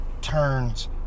turns